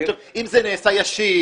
אם זה נעשה ישיר,